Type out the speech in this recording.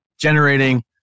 generating